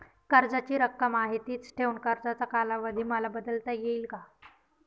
कर्जाची रक्कम आहे तिच ठेवून कर्जाचा कालावधी मला बदलता येईल का?